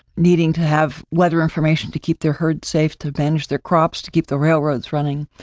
needing to have weather information to keep their herd safe, to avenge their crops, to keep the railroads running.